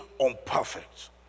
unperfect